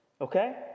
Okay